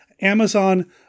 Amazon